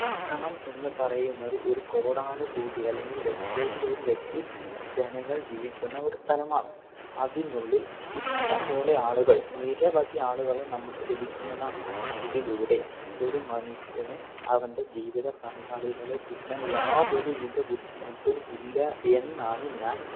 പട്ടണം എന്ന് പറയുന്നത് ഒരു കോടാനുകോടി അല്ലെങ്കിൽ ലക്ഷോതിപതി ലക്ഷ ജനങ്ങൾ ജീവിക്കുന്ന ഒരു സ്ഥലമാണ് അതിനുള്ളിൽ ഇഷ്ടംപോലെ ആളുകൾ നിരവധി ആളുകളെ നമുക്ക് ലഭിക്കുന്നതാണ് ഇതിലൂടെ ഒരു മനുഷ്യന് അവൻ്റെ ജീവിത പങ്കാളികളെ കിട്ടാൻ യാതൊരു വിധ ബുദ്ധിമുട്ടും ഇല്ല എന്നാണ് ഞാൻ